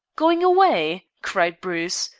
going away? cried bruce.